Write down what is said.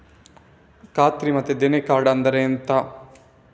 ಖಾತ್ರಿ ಮತ್ತೆ ದೇಣಿ ಕಾರ್ಡ್ ಅಂದ್ರೆ ಎಂತ?